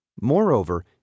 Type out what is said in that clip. Moreover